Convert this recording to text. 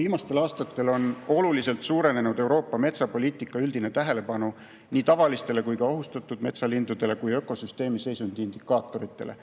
Viimastel aastatel on oluliselt suurenenud Euroopa metsapoliitika üldine tähelepanu nii tavalistele kui ka ohustatud metsalindudele kui ökosüsteemi seisundi indikaatoritele.